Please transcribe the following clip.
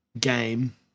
game